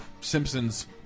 Simpsons